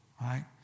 Right